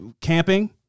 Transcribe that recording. camping